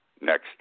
next